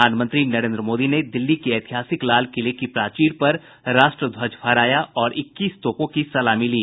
प्रधानमंत्री नरेन्द्र मोदी ने दिल्ली के ऐतिहासिक लाल किले की प्राचीर पर राष्ट्र ध्वज फहराया और इक्कीस तोपों की सलामी ली